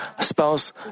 spouse